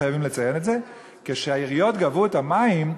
וחייבים לציין את זה: כשהעיריות גבו את חשבונות המים,